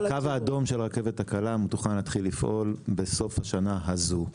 הקו האדום של הרכבת הקלה מתוכנן להתחיל לפעול בסוף השנה הזו.